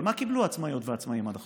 אבל מה קיבלו העצמאיות והעצמאיים עד עכשיו?